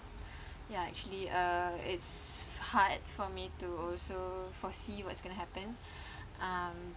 ya actually uh it's hard for me to also foresee what's going to happen um